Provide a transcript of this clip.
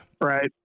right